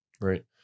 Right